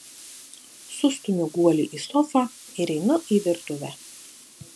sustumiu guolį į sofą ir einu į virtuvę